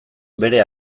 bere